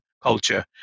culture